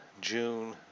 June